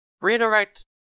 redirect